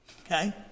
Okay